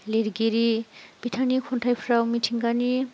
लिरगिरि बिथांनि खन्थाइफ्राव मिथिंगानि